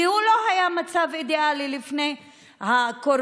כי לא היה מצב אידיאלי לפני הקורונה